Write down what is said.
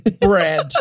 bread